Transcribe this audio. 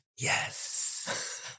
yes